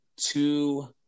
two